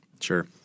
Sure